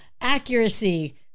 accuracy